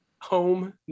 home